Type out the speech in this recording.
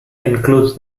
includes